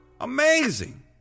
Amazing